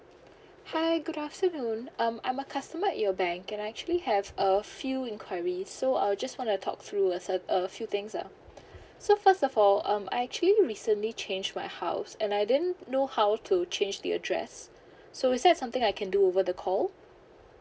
hi good afternoon um I'm a customer at your bank can I actually have a few inquiries so I'll just wanna talk through a cert~ uh a few things um so first of all um I actually recently change my house and I didn't know how to change the address so is that something I can do over the call